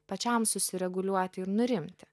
pačiam susireguliuoti ir nurimti